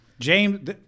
James